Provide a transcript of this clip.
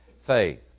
faith